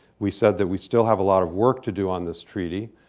we said that we still have a lot of work to do on this treaty,